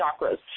chakras